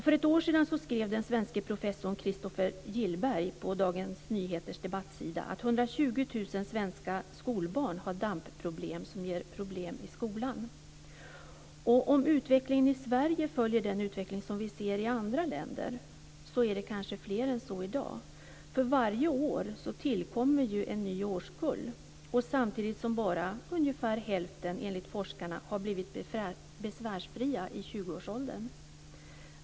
För ett år sedan skrev den svenske professorn Christoffer Gillberg på Dagens Nyheters debattsida att 120 000 svenska skolbarn har DAMP-problem som ger problem i skolan. Och om utvecklingen i Sverige följer den utveckling som vi ser i andra länder är det kanske fler än så i dag. För varje år tillkommer ju en ny årskull samtidigt som bara ungefär hälften, enligt forskarna, har blivit besvärsfria i tjugoårsåldern.